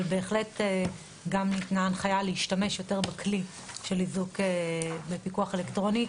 אבל בהחלט גם ניתנה הנחיה להשתמש יותר בכלי של איזוק בפיקוח אלקטרוני.